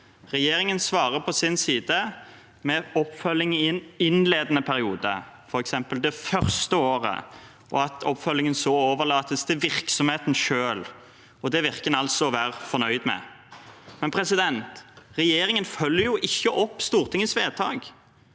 Regjeringen svarer på sin side med oppfølging i en innledende periode, f.eks. det første året, og at oppfølgingen så overlates til virksomheten selv. Det virker det altså som en er fornøyd med. Regjeringen følger jo ikke opp Stortingets vedtak.